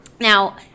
Now